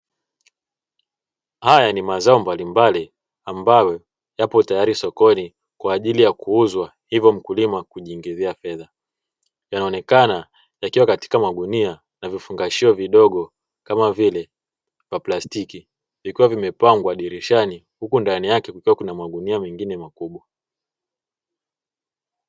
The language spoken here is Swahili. Haya ni mazao mbalimbali ambayo yapo tayari sokoni kwa ajili ya kuuzwa hivyo mkulima kujiingizia fedha, yanaonekana yakiwa katika magunia na vifungashio vidogo kama vile kwa plastiki vikiwa vimepangwa dirishani huko ndani yake kukiwa na magunia mengine makubwa.